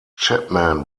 chapman